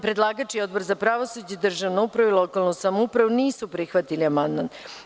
Predlagač i Odbor za pravosuđe, državnu upravu i lokalnu samoupravu nisu prihvatili amandman.